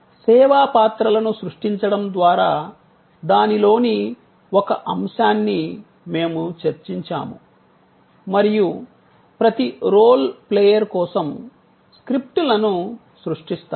సేవా పాత్రలను సృష్టించడం ద్వారా దానిలోని ఒక అంశాన్ని మేము చర్చించాము మరియు ప్రతి రోల్ ప్లేయర్ కోసం స్క్రిప్ట్లను సృష్టిస్తాము